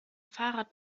fahrrad